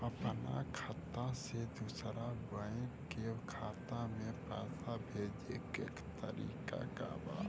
अपना खाता से दूसरा बैंक के खाता में पैसा भेजे के तरीका का बा?